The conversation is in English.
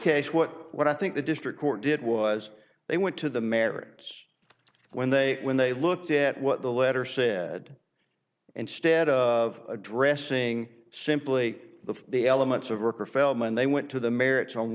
case what what i think the district court did was they went to the merits when they when they looked at what the letter said instead of addressing simply the the elements of work or feldman they went to the merits o